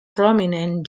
prominent